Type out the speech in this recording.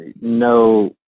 no